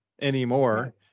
anymore